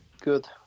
Good